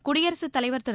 குடியரசுத் தலைவர் திரு